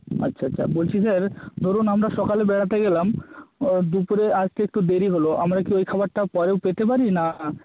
আচ্ছা আচ্ছা বলছি স্যার ধরুন আমরা সকালে বেড়াতে গেলাম দুপুরে আসতে একটু দেরি হলো আমরা কি ওই খাবারটা পরেও পেতে পারি না